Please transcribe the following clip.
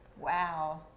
wow